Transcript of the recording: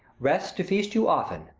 rests to feast you often,